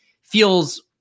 feels